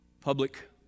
public